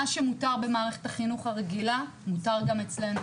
מה שמותר במערכת החינוך הרגילה, מותר גם אצלנו.